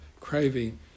craving